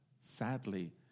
sadly